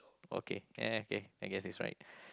okay eh okay I guessed it's right